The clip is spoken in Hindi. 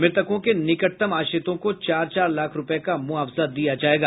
मृतकों के निकटतम आश्रितों को चार चार लाख रूपये का मुआवजा दिया जायेगा